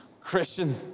Christian